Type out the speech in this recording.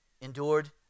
endured